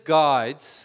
guides